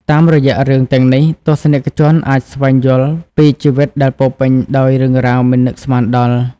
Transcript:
តាមរយៈរឿងទាំងនេះ ទស្សនិកជនអាចស្វែងយល់ពីជីវិតដែលពោរពេញដោយរឿងរ៉ាវមិននឹកស្មានដល់។